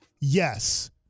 Yes